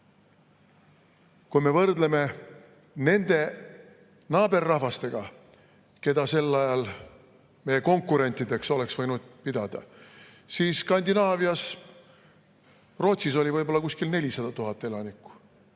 000. Võrdleme seda nende naaberrahvastega, keda sel ajal meie konkurentideks oleks võinud pidada. Skandinaavias Rootsis oli võib-olla kuskil 400 000 elanikku,